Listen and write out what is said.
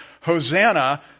Hosanna